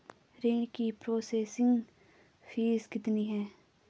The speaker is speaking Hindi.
ऋण की प्रोसेसिंग फीस कितनी है?